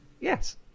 Yes